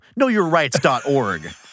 Knowyourrights.org